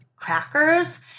crackers